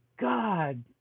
God